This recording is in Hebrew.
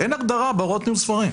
אין הגדרה בהוראות ניהול ספרים.